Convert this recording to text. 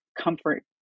comfort